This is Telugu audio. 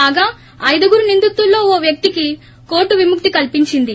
కాగా ఐదుగురు నిందితుల్లో ఓ వ్యక్తికి కోర్లు విముక్తి కల్సించింది